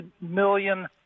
million